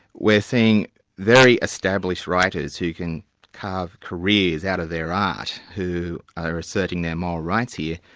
we're seeing very established writers who can carve careers out of their art, who are asserting their moral rights here,